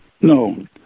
No